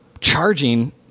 charging